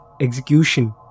execution